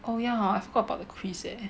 oh ya hor I forgot about the quiz leh